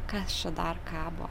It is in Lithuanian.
kas čia dar kabo